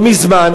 לא מזמן.